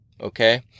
Okay